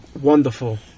Wonderful